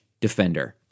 Defender